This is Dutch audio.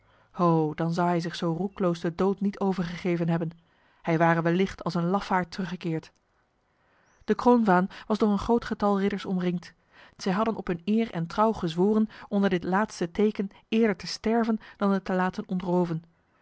ho dan zou hij zich zo roekloos de dood niet overgegeven hebben hij ware wellicht als een lafaard teruggekeerd de kroonvaan was door een groot getal ridders omringd zij hadden op hun eer en trouw gezworen onder dit laatste teken eerder te sterven dan het te laten ontroven